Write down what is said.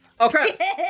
Okay